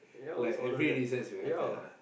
like every recess very bad ah